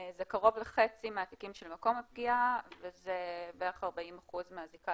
זה קרוב לחצי מהתיקים של מקום הפגיעה ובערך 40% מהזיקה